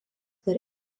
dar